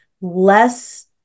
less